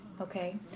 Okay